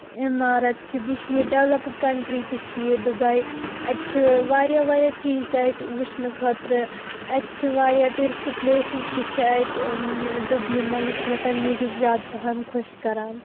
عمارت چھِ بیٚیہِ چھِ یہِ ڈیٚولپٕڈ کنٹرٛی تہِ چھِ یہِ دبے اتہِ چھِ واریاہ واریاہ چیٖز تہِ اتہِ وُچھنہٕ خٲطرٕ اتہِ چھِ واریاہ ٹیورسٹہٕ پلیسِز تہِ چھِ اتہِ دُبیہِ منٛز یہِ چھِ مےٚ تَمہِ موجوب زیادٕ پَہن خۄش کَران